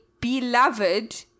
beloved